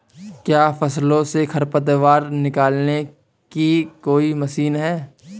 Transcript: क्या फसलों से खरपतवार निकालने की कोई मशीन है?